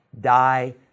die